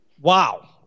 Wow